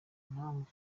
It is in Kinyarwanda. mpamvu